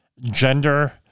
gender